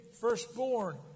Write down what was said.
Firstborn